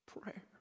prayer